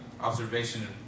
observation